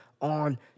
on